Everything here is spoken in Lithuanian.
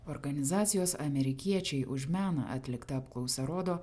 organizacijos amerikiečiai už meną atlikta apklausa rodo